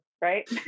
right